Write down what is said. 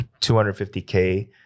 250K